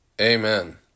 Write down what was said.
Amen